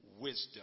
wisdom